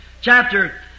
chapter